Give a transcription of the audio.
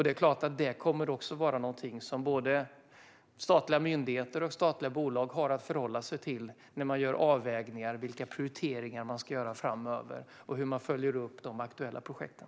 Det är klart att det kommer att vara någonting som både statliga myndigheter och statliga bolag har att förhålla sig till när de gör avvägningar i fråga om vilka prioriteringar de ska göra framöver och hur de ska följa upp de aktuella projekten.